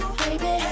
baby